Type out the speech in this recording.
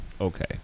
Okay